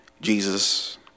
Jesus